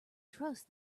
trust